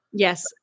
Yes